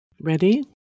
Ready